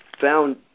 found